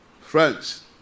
Friends